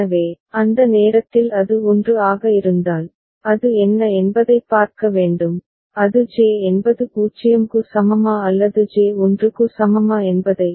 எனவே அந்த நேரத்தில் அது 1 ஆக இருந்தால் அது என்ன என்பதைப் பார்க்க வேண்டும் அது J என்பது 0 க்கு சமமா அல்லது J 1 க்கு சமமா என்பதை